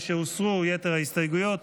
משהוסרו יתר ההסתייגויות,